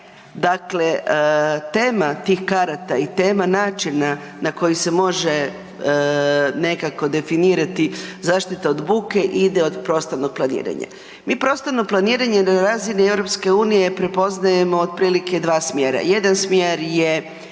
dakle, tema tih karata i tema načina na koji se može nekako definirati zaštita od buke ide od prostornog planiranja. Mi prostorno planiranje na razini EU prepoznajemo otprilike 2 smjera. Jedan smjer je